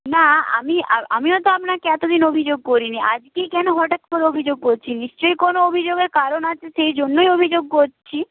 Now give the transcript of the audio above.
না আমি আমিও তো আপনাকে এতো দিন অভিযোগ করি নি আজকেই কেন হঠাৎ করে অভিযোগ করছি নিশ্চই কোনো অভিযোগের কারণ আছে সেই জন্যই অভিযোগ করছি